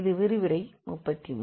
இது விரிவுரை 33